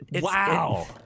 Wow